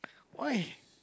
why